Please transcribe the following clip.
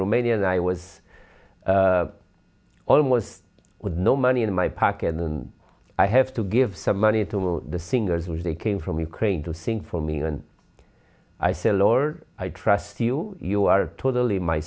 romanian i was almost with no money in my pocket and i have to give some money to the singers which they came from ukraine to sing for me and i said lord i trust you you are totally my